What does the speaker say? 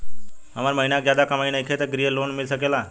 हमर महीना के ज्यादा कमाई नईखे त ग्रिहऽ लोन मिल सकेला?